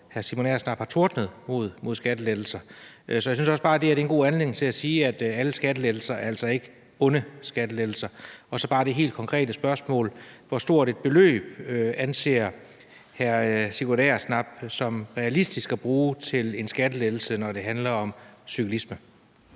hr. Sigurd Agersnap har tordnet mod skattelettelser. Så jeg synes også bare, det her er en god anledning til at sige, at alle skattelettelser altså ikke er onde skattelettelser. Og så skal jeg bare stille det helt konkrete spørgsmål: Hvor stort et beløb anser hr. Sigurd Agersnap som realistisk at bruge til en skattelettelse, når det handler om cyklisme?